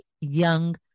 young